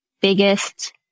biggest